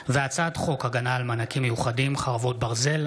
הצעת חוק הגנה על מענקים מיוחדים (חרבות ברזל),